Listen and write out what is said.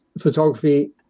photography